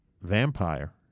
vampire